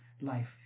life